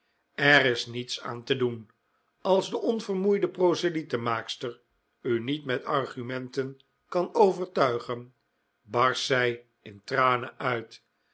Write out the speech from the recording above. er is niets aan te doen als de onvermoeide proselietenmaakster u niet met argumenten kan overtuigen barst zij in tranen uit